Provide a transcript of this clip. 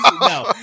No